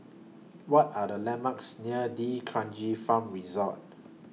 What Are The landmarks near D'Kranji Farm Resort